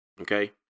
Okay